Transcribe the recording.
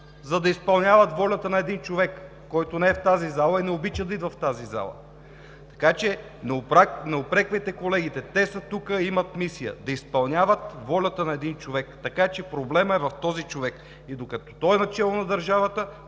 за да изпълняват волята на един човек, който не е в тази зала и не обича да идва в тази зала, така че не упреквайте колегите. Те са тук, имат мисия – да изпълняват волята на един човек, така че проблемът е в този човек и докато той е начело на държавата,